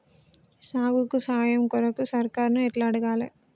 సాగుకు సాయం కొరకు సర్కారుని ఎట్ల అడగాలే?